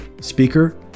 speaker